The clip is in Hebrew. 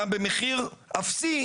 גם במחיר אפסי